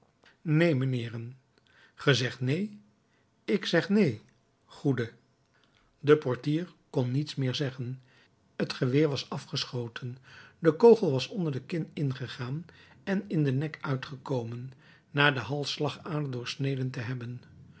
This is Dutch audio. mijnheeren ge zegt neen ik zeg neen goede de portier kon niets meer zeggen het geweer was afgeschoten de kogel was onder de kin ingegaan en in den nek uitgekomen na den halsader doorsneden te hebben